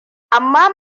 amma